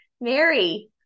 Mary